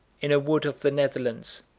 in a wood of the netherlands,